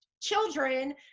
children